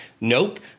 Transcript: nope